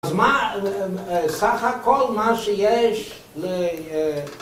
‫אז מה... סך הכול מה שיש ל...